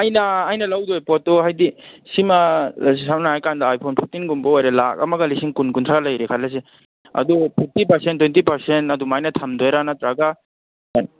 ꯑꯩꯅ ꯑꯩꯅ ꯂꯧꯗꯣꯔꯤꯕ ꯄꯣꯠꯇꯣ ꯍꯥꯏꯗꯤ ꯁꯤꯃ ꯁꯝꯅ ꯍꯥꯏꯔꯀꯥꯟꯗ ꯑꯥꯏ ꯐꯣꯟ ꯐꯤꯐꯇꯤꯟꯒꯨꯝꯕ ꯑꯣꯏꯔꯦ ꯂꯥꯛꯑꯃꯒ ꯂꯤꯁꯤꯡ ꯀꯨꯟ ꯀꯨꯟꯊ꯭ꯔꯥ ꯂꯩꯔꯦ ꯈꯜꯂꯁꯤ ꯑꯗꯨ ꯐꯤꯐꯇꯤ ꯄꯔꯁꯦꯟ ꯇ꯭ꯋꯦꯟꯇꯤ ꯄꯔꯁꯦꯟ ꯑꯗꯨꯃꯥꯏꯅ ꯊꯝꯗꯣꯏꯔ ꯅꯠꯇ꯭ꯔꯒ